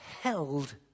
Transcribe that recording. held